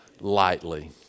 lightly